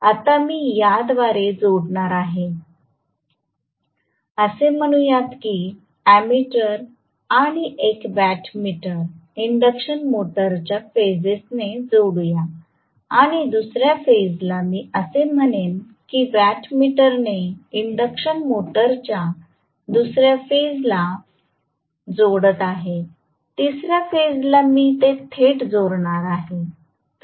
आता मी याद्वारे जोडणार आहे असे म्हणूयात कि अँमीटर आणि एक वॅट मीटर इंडक्शन मोटरच्या फेजेस ने जोडू या आणि दुसऱ्या फेजला मी असे म्हणेन कि वॅट मीटरने इंडक्शन मोटरच्या दुसऱ्या फेज ला जोडत आहे तिसऱ्या फेज ला मी ते थेट जोडणार आहे